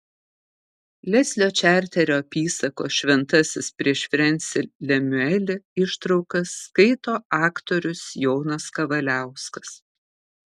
leslio čarterio apysakos šventasis prieš frensį lemiuelį ištraukas skaito aktorius jonas kavaliauskas